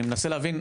אני מנסה להבין,